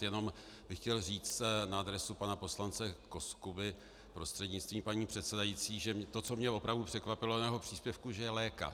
Jenom bych chtěl říct na adresu pana poslance Koskuby prostřednictvím paní předsedající, že to, co mě opravdu překvapilo u jeho příspěvku, že je lékař.